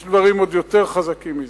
יש דברים עוד יותר חזקים מזה.